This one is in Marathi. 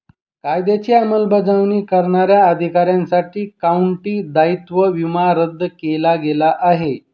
कायद्याची अंमलबजावणी करणाऱ्या अधिकाऱ्यांसाठी काउंटी दायित्व विमा रद्द केला गेला आहे